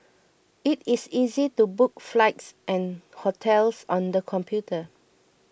it is easy to book flights and hotels on the computer